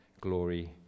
glory